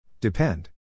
Depend